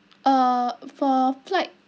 uh for flight